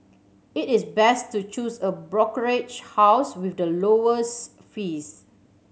it is best to choose a brokerage house with the lowest fees